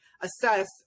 assess